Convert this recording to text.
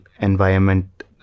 environment